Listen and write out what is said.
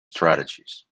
strategies